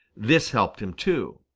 this helped him too.